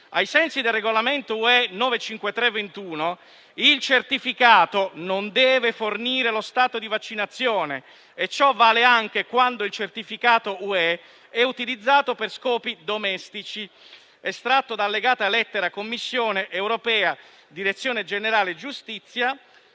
Ai sensi del regolamento (UE) 2021/953, il certificato non deve fornire lo stato di vaccinazione e ciò vale anche quando il certificato UE è utilizzato per scopi domestici (estratto da allegata lettera della Commissione europea, Direzione generale giustizia